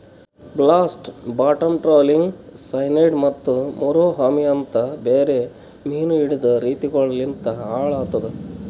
blast, bottom trawling, cyanide ಮತ್ತ ಮುರೋ ಅಮಿ ಅಂತ್ ಬೇರೆ ಮೀನು ಹಿಡೆದ್ ರೀತಿಗೊಳು ಲಿಂತ್ ಹಾಳ್ ಆತುದ್